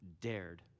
dared